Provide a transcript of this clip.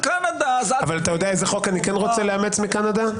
אבל יודע איזה חוק כן הייתי רוצה לאמץ מקנדה?